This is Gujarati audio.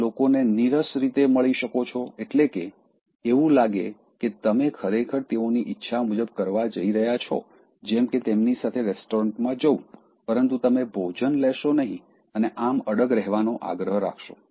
તમે લોકોને નીરસ રીતે મળી શકો છો એટલે કે એવું લાગે કે તમે ખરેખર તેઓની ઈચ્છા મુજબ કરવા જઇ રહ્યા છો જેમ કે તેમની સાથે રેસ્ટોરન્ટમાં જવું પરંતુ તમે ભોજન લેશો નહીં અને આમ અડગ રહેવાનો આગ્રહ રાખશો